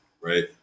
right